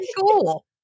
Cool